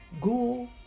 go